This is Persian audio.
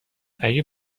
اگه